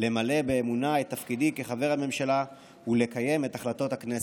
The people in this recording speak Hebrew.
למלא באמונה את תפקידי כחבר הממשלה ולקיים את החלטות הכנסת.